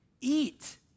Eat